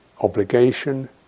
obligation